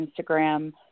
Instagram